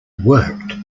worked